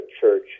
church